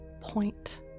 point